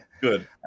good